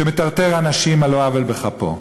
שמטרטר אנשים על לא עוול בכפם,